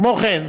כמו כן,